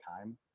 time